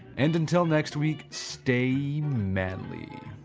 and until next week stay manly